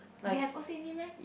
yes you o_c_d meh